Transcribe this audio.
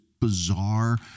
bizarre